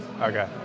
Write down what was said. Okay